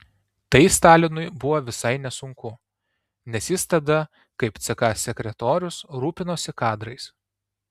tai stalinui buvo visai nesunku nes jis tada kaip ck sekretorius rūpinosi kadrais